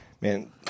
Man